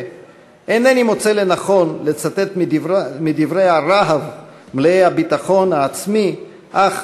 אינני מוצא לנכון לצטט מדברי הרהב מלאי הביטחון העצמי אך